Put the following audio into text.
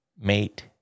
mate